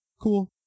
cool